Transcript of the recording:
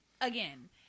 Again